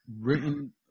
written